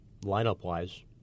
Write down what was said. lineup-wise